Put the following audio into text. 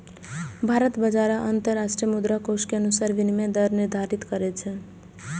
भारत बाजार आ अंतरराष्ट्रीय मुद्राकोष के अनुसार विनिमय दर निर्धारित करै छै